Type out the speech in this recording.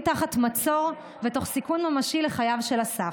תחת מצור ותוך סיכון ממשי לחייו של אסף.